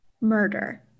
murder